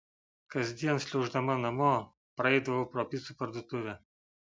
kasdien šliauždama namo praeidavau pro picų parduotuvę